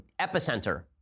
Epicenter